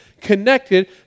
connected